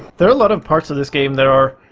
there are a lot of parts of this game that are